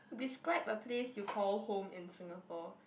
describe a place you call home in Singapore